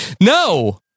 No